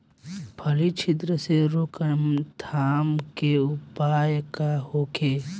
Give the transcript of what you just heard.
फली छिद्र से रोकथाम के उपाय का होखे?